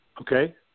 Okay